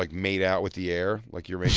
like made out with the air. like you're making